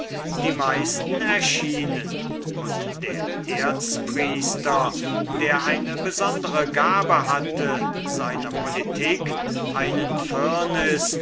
die meisten erschienen und der erzpriester der eine besondere gabe hatte seiner politik einen firniß